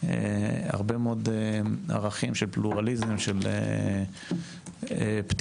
הרבה מאוד ערכים של פלורליזם, של פתיחות.